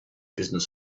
business